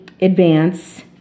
advance